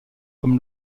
comme